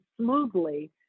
smoothly